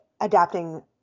adapting